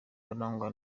barangwa